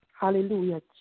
Hallelujah